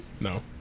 No